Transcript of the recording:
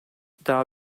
daha